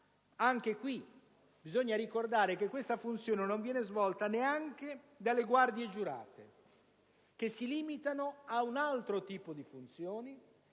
caso bisogna ricordare che tale funzione non viene svolta neanche dalle guardie giurate, che si limitano ad altro tipo di funzione;